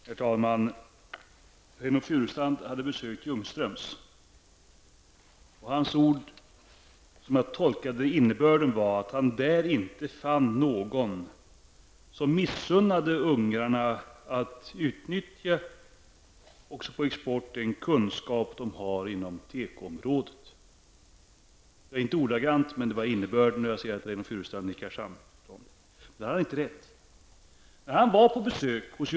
Herr talman! Reynoldh Furustrand har besökt Ljungströms. Han säger, som jag tolkar innebörden av hans ord, att han där inte kunde finna någon som missunnade ungrarna att också på export utnyttja den kunskap som de har inom tekoområdet. Vad jag här har sagt är inte ordagrant vad Reynoldh Furustrand uttryckte -- jag ser att han nickar och därmed ger uttryck för samförstånd. Men han har i alla fall inte rätt på den punkten.